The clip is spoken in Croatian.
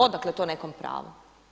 Odakle to nekome pravo?